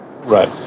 Right